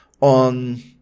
on